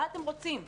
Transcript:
מה אתם רוצים?